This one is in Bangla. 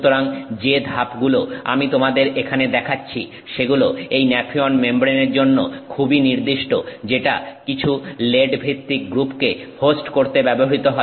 সুতরাং যে ধাপগুলো আমি তোমাদের এখানে দেখাচ্ছি সেগুলো এই ন্যাফিয়ন মেমব্রেনের জন্য খুবই নির্দিষ্ট যেটা কিছু লেড ভিত্তিক গ্রুপকে হোস্ট করতে ব্যবহৃত হয়